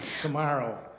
tomorrow